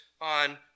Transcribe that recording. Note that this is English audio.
on